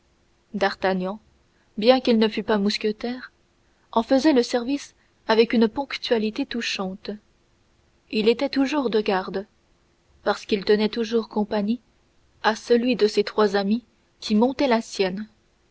d'artagnan bien qu'il ne fût pas mousquetaire en faisait le service avec une ponctualité touchante il était toujours de garde parce qu'il tenait toujours compagnie à celui de ses trois amis qui montait la sienne